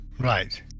Right